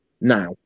now